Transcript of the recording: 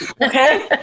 Okay